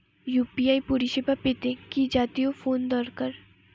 UPI পরিসেবা পেতে কি জাতীয় ফোন দরকার?